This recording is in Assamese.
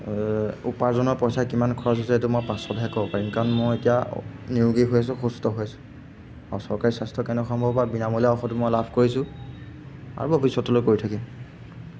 উপাৰ্জনৰ পইচা কিমান খৰচ হৈছে সেইটো মই পাছতহে ক'ব পাৰিম কাৰণ মই এতিয়া নিৰোগী হৈ আছো সুস্থ হৈ আছো আৰু চৰকাৰী স্বাস্থ্যকেন্দ্ৰসমূহৰপৰা বিনামূলীয়া ঔষধ মই লাভ কৰিছোঁ আৰু ভৱিষ্যতলৈ কৰি থাকিম